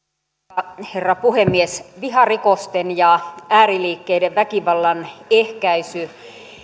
arvoisa herra puhemies viharikosten ja ääriliikkeiden väkivallan ehkäisy